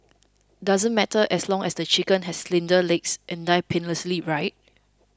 doesn't matter as long as the chicken has slender legs and died painlessly right